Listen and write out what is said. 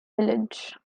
village